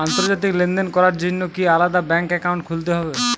আন্তর্জাতিক লেনদেন করার জন্য কি আলাদা ব্যাংক অ্যাকাউন্ট খুলতে হবে?